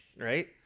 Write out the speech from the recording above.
right